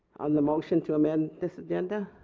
on the motion to amend this agenda.